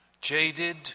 jaded